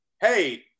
hey